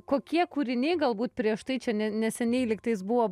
kokie kūriniai galbūt prieš tai čia ne neseniai lyg tais buvo